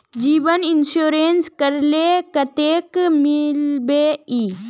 जीवन इंश्योरेंस करले कतेक मिलबे ई?